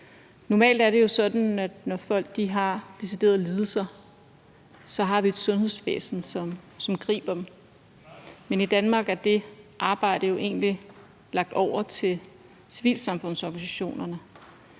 Normalt er det jo sådan, at når folk har deciderede lidelser, har vi et sundhedsvæsen, som griber dem, men i Danmark er det arbejde jo egentlig lagt over til civilsamfundsorganisationerne.